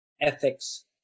ethics